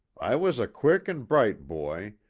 i was a quick and bright boy,